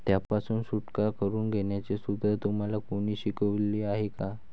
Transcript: त्यापासून सुटका करून घेण्याचे सूत्र तुम्हाला कोणी शिकवले आहे का?